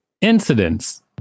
Incidents